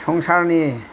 संसारनि